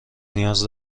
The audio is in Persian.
نیاز